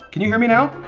can you hear me now?